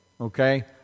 okay